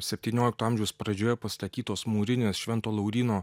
septyniolikto amžiaus pradžioje pastatytos mūrinės švento lauryno